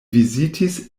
vizitis